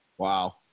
Wow